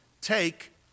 take